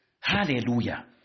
Hallelujah